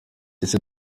ese